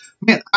Man